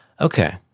okay